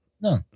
No